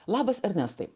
labas ernestai